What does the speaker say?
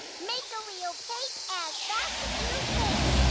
make a real cake as fast as you can.